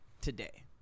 today